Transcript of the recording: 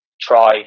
try